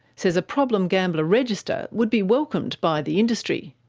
says a problem gambler register would be welcomed by the industry.